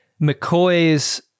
McCoy's